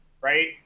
right